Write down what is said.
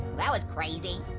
that was crazy.